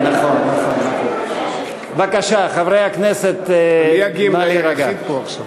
בבקשה, חברי הכנסת, נא להירגע.